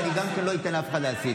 ואני גם לא אתן לאף אחד להסית.